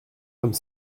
comme